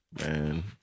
man